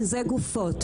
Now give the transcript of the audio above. בגופות,